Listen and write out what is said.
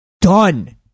done